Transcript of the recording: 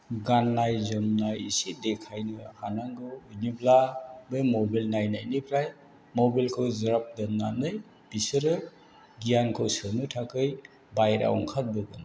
गाननाय जोमनाय एसे देखायनो हानांगौ बिदिब्ला बे मबाइल नायनायनिफ्राय मबाइलखौ ज्राब दोननानै बिसोरो गियानखौ सोनो थाखाय बायह्राव ओंंखारबोगोन